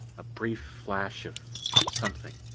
a brief flash of something,